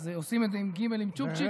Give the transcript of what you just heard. אה, עושים את זה עם גימ"ל עם צ'וּפְּצִ'יק?